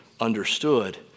understood